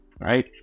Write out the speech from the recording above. right